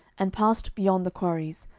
and passed beyond the quarries,